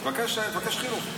תבקש חילוף.